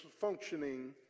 functioning